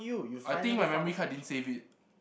I think my memory card didn't save it